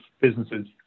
businesses